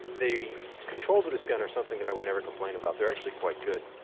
the controls of this gun are something that i would never complain about. they're actually quite good,